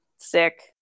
sick